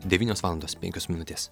devynios valandos penkios minutės